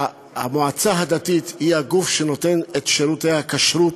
המועצה הדתית היא הגוף שנותן את שירותי הכשרות,